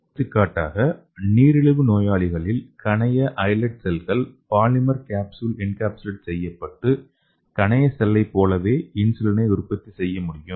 எடுத்துக்காட்டாக நீரிழிவு நோயாளிகளில் கணைய ஐலேட் செல்கள் பாலிமர் கேப்ஸ்யூல் என்கேப்சுலேட் செய்யப்பட்டு கணைய செல்லை போலவே இன்சுலினை உற்பத்தி செய்ய முடியும்